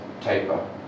taper